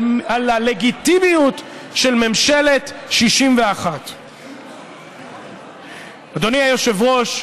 על הלגיטימיות של ממשלת 61. אדוני היושב-ראש,